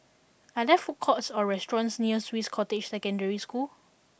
are there food courts or restaurants near Swiss Cottage Secondary School